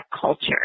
culture